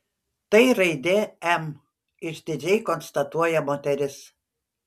tai raidė m išdidžiai konstatuoja moteris